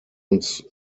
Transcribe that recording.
uns